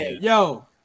yo